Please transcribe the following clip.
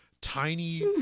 tiny